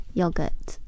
yogurt